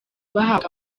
bahabwa